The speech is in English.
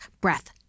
breath